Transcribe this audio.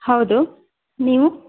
ಹೌದು ನೀವು